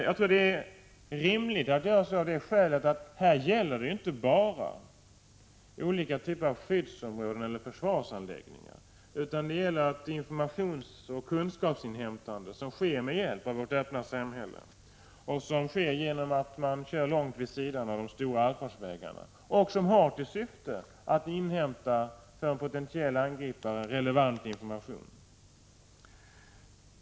Jag tror att det är rimligt att göra på det sättet av det skälet att det här inte bara gäller olika typer av skyddsområden och försvarsanläggningar. Vårt öppna samhälle underlättar informationsoch kunskapsinhämtande, vilket sker genom att dessa bilar kör långt vid sidan av de stora allfarvägarna där de har till syfte att inhämta för en potentiell angripare relevant information.